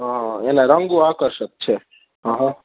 હં હં એના રંગો આકર્ષક છે હં હં